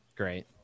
great